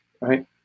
right